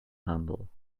humble